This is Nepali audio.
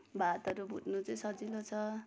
भातहरू भुट्नु चाहिँ सजिलो छ